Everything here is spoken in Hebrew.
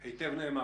נאמר היטב.